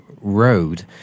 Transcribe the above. road